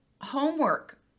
homework